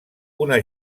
una